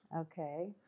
Okay